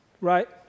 right